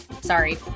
sorry